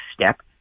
step